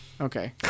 Okay